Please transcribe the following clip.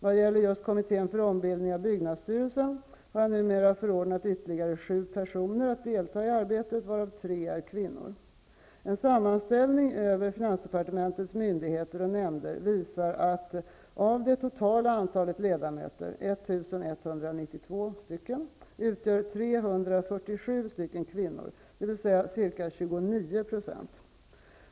Vad gäller just kommittén för ombildning av byggnadsstyrelsen har jag numera förordnat ytterligare sju personer att delta i arbetet, varav tre är kvinnor.